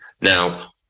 Now